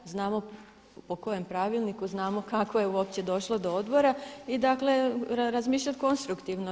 Znamo po kojem pravilniku, znamo kako je uopće došlo do odbora i dakle razmišljati konstruktivno.